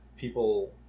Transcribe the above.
people